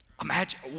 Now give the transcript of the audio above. Imagine